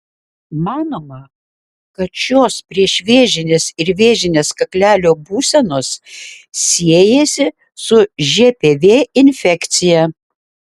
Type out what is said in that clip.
manoma kad šios priešvėžinės ir vėžinės kaklelio būsenos siejasi su žpv infekcija